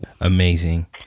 Amazing